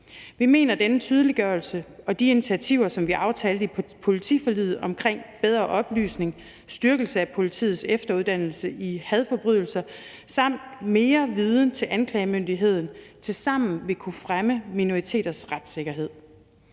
Vi mener, at denne tydeliggørelse og de initiativer, som vi aftalte i politiforliget om bedre oplysning, styrkelse af politiets efteruddannelse i hadforbrydelser samt mere viden til anklagemyndigheden, tilsammen vil kunne fremme minoriteters retssikkerhed.